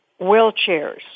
wheelchairs